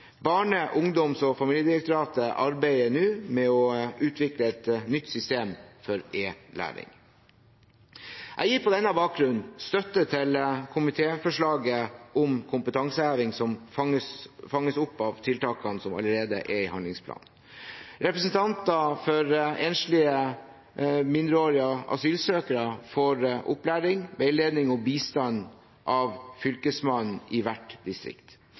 ungdoms- og familiedirektoratet arbeider nå med å utvikle et nytt system for e-læring. Jeg gir på denne bakgrunn støtte til komitéforslaget om kompetanseheving, som fanges opp av tiltakene som allerede er i handlingsplanen. Representanter for enslige mindreårige asylsøkere får opplæring, veiledning og bistand av Fylkesmannen i hvert distrikt.